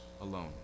alone